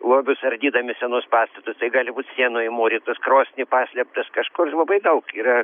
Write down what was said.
lobius ardydami senus pastatus tai gali būt sienoj įmūrytas krosny paslėptas kažkur labai daug yra